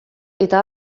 eta